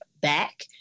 back